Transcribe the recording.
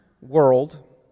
world